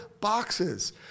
boxes